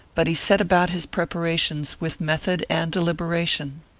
but he set about his preparations with method and deliberation.